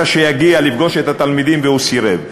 שיגיע לפגוש את התלמידים והוא סירב,